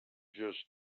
just